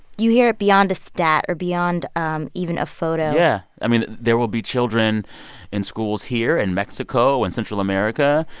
you hear it beyond a stat or beyond um even a photo yeah. i mean, there will be children in schools here, in and mexico and central america,